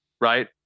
right